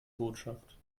botschaft